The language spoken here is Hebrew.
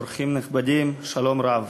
אורחים נכבדים, שלום רב.